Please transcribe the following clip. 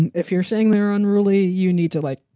and if you're saying they're unruly, you need to, like,